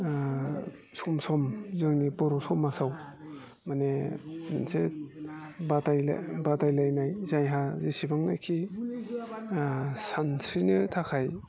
सम सम जोंनि बर' समाजाव माने मोनसे बादायलायनाय जायहा जेसेबांनोखि सानस्रिनो थाखाय